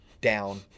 down